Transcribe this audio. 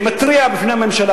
ואני מתריע בפני הממשלה,